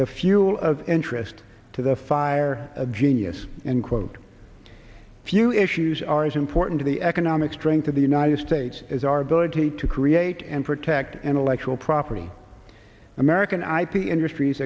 the fuel of interest to the fire of genius and quote few issues are as important to the economic strength of the united states as our ability to create and protect an electoral property american ip industries